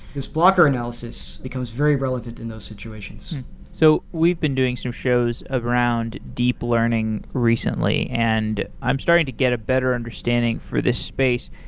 this blocker analysis becomes very relevant in those situations so we've been doing some shows around deep learning recently and i'm starting to get a better understanding for this space.